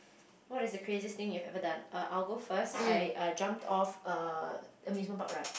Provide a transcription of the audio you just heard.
what is the craziest thing you have ever done err I will go first I err jumped off a amusement park ride